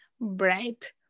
Bright